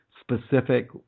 specific